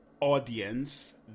audience